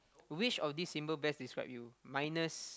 which of this symbol best describe you minus